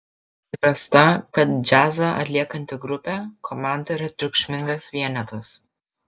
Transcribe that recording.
įprasta kad džiazą atliekanti grupė komanda yra triukšmingas vienetas